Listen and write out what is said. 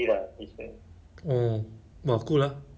I think I think ah Singapore difficult because you know why or not